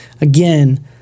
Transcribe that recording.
Again